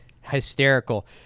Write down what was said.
hysterical